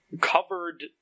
covered